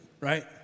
right